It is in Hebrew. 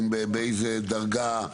באיזה דרגה?